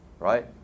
Right